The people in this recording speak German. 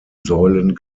säulen